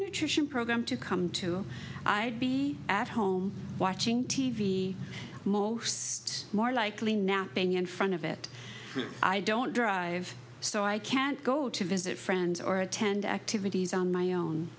nutrition program to come to i'd be at home watching t v most more likely napping in front of it i don't drive so i can't go to visit friends or attend activities on my own